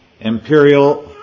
imperial